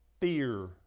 fear